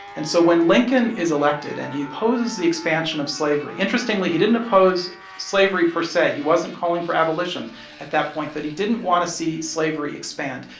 and so when lincoln is elected and he opposes the expansion of slavery interestingly, he didn't oppose slavery, per se he wasn't calling for abolition at that point. but he didn't want to see slavery expand,